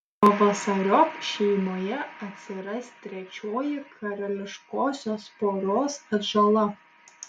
pavasariop šeimoje atsiras trečioji karališkosios poros atžala